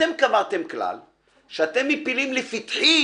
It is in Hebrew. אתם קבעתם כלל שאתם מפילים לפתחי